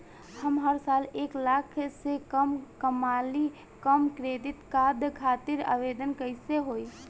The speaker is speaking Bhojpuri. हम हर साल एक लाख से कम कमाली हम क्रेडिट कार्ड खातिर आवेदन कैसे होइ?